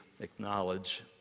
acknowledge